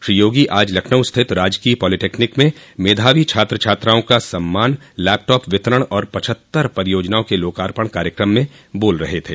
श्री योगी आज लखनऊ स्थित राजकीय पॉलीटेक्निक में मेधावी छात्र छात्राओं का सम्मान लैपटॉप वितरण और पचहत्तर परियोजनाओं के लोकार्पण कार्यक्रम में बोल रहे थे